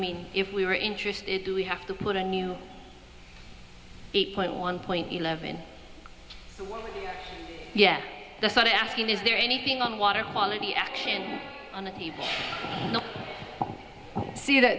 mean if we were interested do we have to put a new eight point one point eleven yes the sort of asking is there anything on water quality action on people will see that